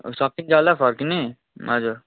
सकिन्छ होला फर्किने हजुर